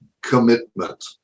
commitment